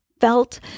felt